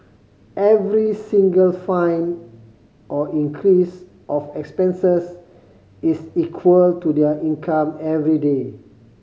every single fine or increase of expenses is equal to their income everyday